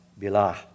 Bilah